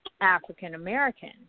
African-American